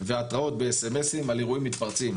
והתראות בסמסים על אירועים מתפרצים.